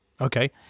Okay